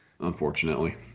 unfortunately